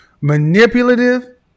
Manipulative